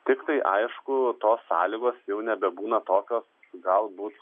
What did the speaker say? tiktai aišku tos sąlygos jau nebebūna tokio galbūt